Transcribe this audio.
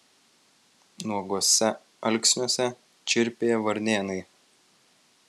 nuoguose alksniuose čirpė varnėnai